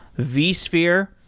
vsphere.